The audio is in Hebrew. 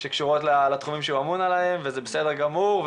שקשורות לתחומים שהוא אמון עליהם וזה בסדר גמור.